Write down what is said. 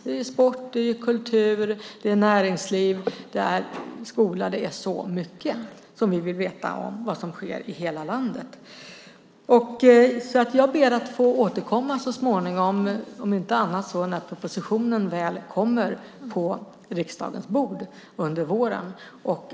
Det är sport, kultur, näringsliv, skola och väldigt mycket annat som vi vill veta om och som sker i hela landet. Jag ber att få återkomma så småningom, om inte annat så när propositionen väl kommer till riksdagen under våren.